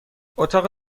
اتاق